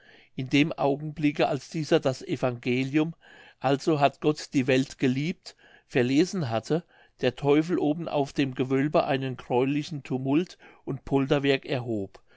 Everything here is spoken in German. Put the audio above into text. in dem augenblicke als dieser das evangelium also hat gott die welt geliebt verlesen hatte der teufel oben auf dem gewölbe einen gräulichen tumult und polterwerk erhob